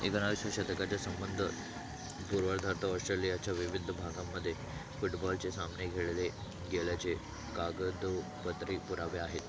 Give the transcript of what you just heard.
एकोणवीशे शतकाच्या संबंध पूर्वार्धार्थ ऑस्ट्रेलियाच्या विविध भागांमध्ये फुटबॉलचे सामने खेळले गेल्याचे कागदोपत्री पुरावे आहेत